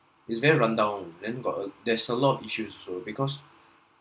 its very rundown then got a there's a lot of issues also because